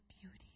beauty